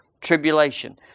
tribulation